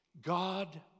God